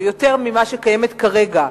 או יותר ממה שקיימת כרגע,